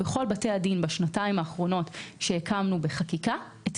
בכל בתי הדין שהקמנו בחקיקה בשנתיים האחרונות,